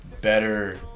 better